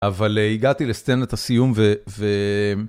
אבל הגעתי לסצנת הסיום, ו...